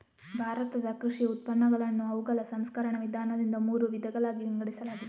ಭಾರತದ ಕೃಷಿ ಉತ್ಪನ್ನಗಳನ್ನು ಅವುಗಳ ಸಂಸ್ಕರಣ ವಿಧಾನದಿಂದ ಮೂರು ವಿಧಗಳಾಗಿ ವಿಂಗಡಿಸಲಾಗಿದೆ